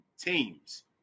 teams